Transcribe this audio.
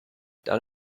down